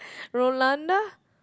Rolanda